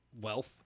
wealth